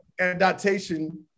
adaptation